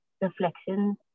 reflections